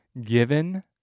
given